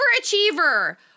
overachiever